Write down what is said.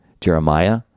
Jeremiah